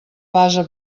base